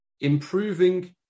improving